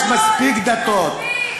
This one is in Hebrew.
יש מספיק דתות.